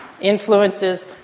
influences